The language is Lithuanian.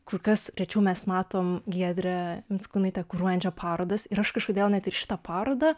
kur kas rečiau mes matome giedrę mickūnaitę kuruojančią parodas ir aš kažkodėl net ir šitą parodą